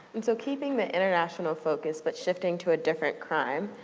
and so, keeping the international focus, but shifting to a different crime.